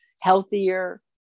healthier